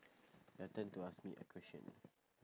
your turn to ask me a question